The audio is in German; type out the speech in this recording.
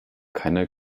keine